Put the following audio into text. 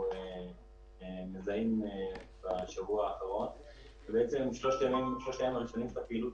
אנחנו רואים את זה גם בתנאים שאומרת המדינה היום,